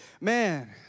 Man